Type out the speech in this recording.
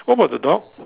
what about the dog